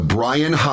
Brian